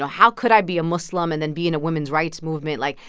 ah how could i be a muslim and then be in a women's rights movement? like,